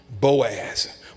Boaz